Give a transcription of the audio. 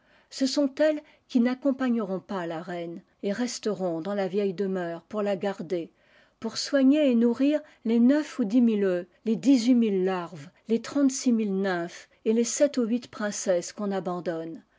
ce sont celles qui n'accompagneront pas la reine et resteront dans la vieille demeure pour la garder pour soigner et nourrir les neuf ou dix mille œufs les dix huitmilie larves les trentesix mille nymphes et les sept ou huit princesses qu'on abandonne